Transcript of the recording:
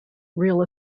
real